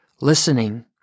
listening